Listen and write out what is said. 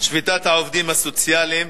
שביתת העובדים הסוציאליים,